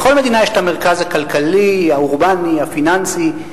בכל מדינה יש את המרכז הכלכלי, האורבני, הפיננסי.